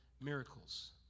miracles